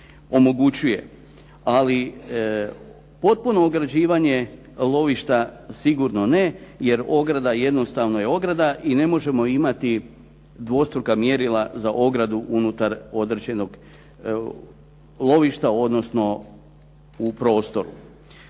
omogućuje ali potpuno ograđivanje lovišta sigurno ne jer ograda jednostavno je ograda i ne možemo imati dvostruka mjerila za ogradu unutar određenog lovišta odnosno u prostoru.